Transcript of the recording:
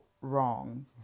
wrong